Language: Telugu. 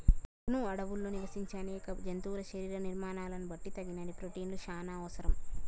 వును అడవుల్లో నివసించే అనేక జంతువుల శరీర నిర్మాణాలను బట్టి తగినన్ని ప్రోటిన్లు చానా అవసరం